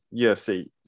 UFC